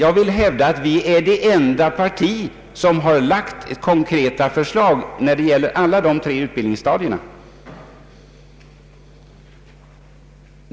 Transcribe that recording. Jag vill hävda att vi är det enda parti som har lagt konkreta förslag när det gäller alla dessa tre utbildningsstadier.